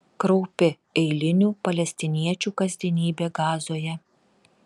kraupi eilinių palestiniečių kasdienybė gazoje